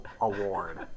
Award